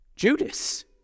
Judas